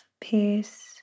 peace